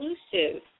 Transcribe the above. exclusive